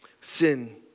sin